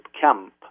camp